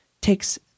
takes